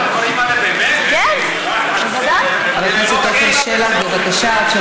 מתי ראש הממשלה צפוי לבקר בליכטנשטיין?